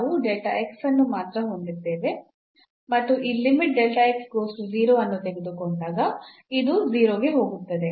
ನಾವು ಅನ್ನು ಮಾತ್ರ ಹೊಂದಿದ್ದೇವೆ ಮತ್ತು ಈ ಅನ್ನು ತೆಗೆದುಕೊಂಡಾಗ ಇದು 0 ಗೆ ಹೋಗುತ್ತದೆ